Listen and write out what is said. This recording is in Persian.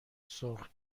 سرخ